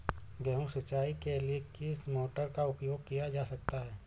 गेहूँ सिंचाई के लिए किस मोटर का उपयोग किया जा सकता है?